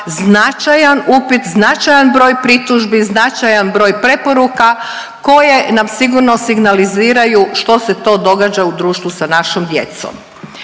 značajan upit, značajan broj pritužbi, značajan broj preporuka koje nam sigurno signaliziraju što se to događa u društvu sa našom djecom.